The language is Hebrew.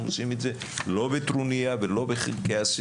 עושים את זה לא בטרוניה ולא בכעסים.